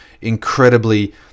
incredibly